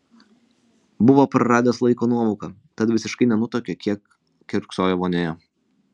buvo praradęs laiko nuovoką tad visiškai nenutuokė kiek kiurksojo vonioje